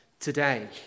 today